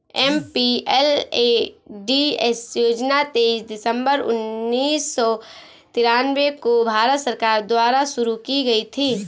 MPLADS योजना तेईस दिसंबर उन्नीस सौ तिरानवे को भारत सरकार द्वारा शुरू की गयी थी